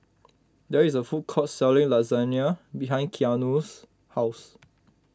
there is a food court selling Lasagna behind Keanu's house